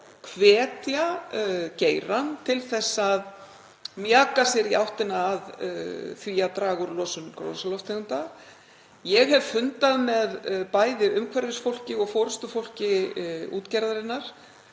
hvetja geirann til þess að mjaka sér í áttina að því að draga úr losun gróðurhúsalofttegunda. Ég hef fundað með bæði umhverfisfólki og forystufólki útgerðarinnar,